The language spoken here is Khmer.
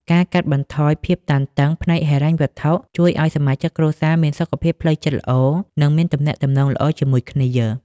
ការកាត់បន្ថយភាពតានតឹងផ្នែកហិរញ្ញវត្ថុជួយឱ្យសមាជិកគ្រួសារមានសុខភាពផ្លូវចិត្តល្អ និងមានទំនាក់ទំនងល្អជាមួយគ្នា។